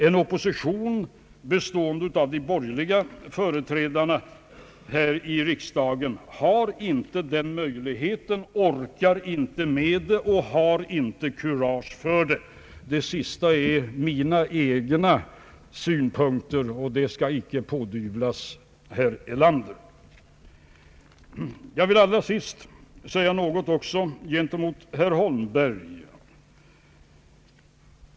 En opposition bestående av de borgerliga företrädarna här riksdagen har inte den möjligheten, orkar inte med det och har inte kurage för det. Detta sista är mina egna synpunkter och skall icke pådyvlas herr Erlander. Jag vill allra sist säga något också gentemot herr Holmberg.